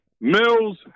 Mills